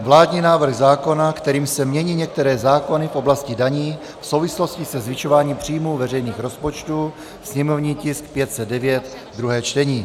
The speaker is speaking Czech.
Vládní návrh zákona, kterým se mění některé zákony v oblasti daní v souvislosti se zvyšováním příjmů veřejných rozpočtů /sněmovní tisk 509/ druhé čtení